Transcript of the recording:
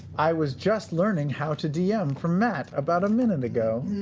i was just learning how to dm from matt about a minute ago!